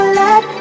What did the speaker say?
let